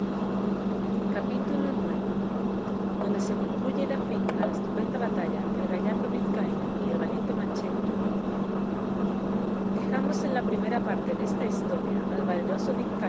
capítulo ix donde se concluye y da fin a la estupenda batalla que el gallardo vizcaíno y el valiente manchego tuvieron dejamos en la primera parte desta historia al valeroso